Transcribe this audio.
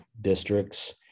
districts